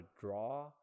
draw